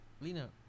Lena